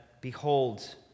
Behold